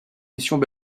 missions